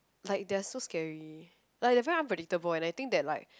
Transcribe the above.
like they're so scary like they're very unpredictable and I think that like